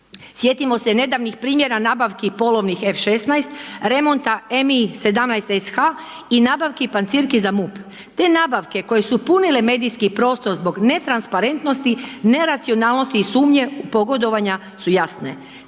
Sjetimo se nedavnih primjera nabavki polovnih F-16, remonta Mi-17-SH i nabavki pancirki za MUP. Te nabavke koje su punile medijski prostor zbog netransparentnosti, neracionalnosti i sumnje u pogodovanja su jasne.